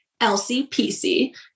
LCPC